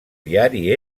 diari